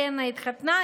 לנה,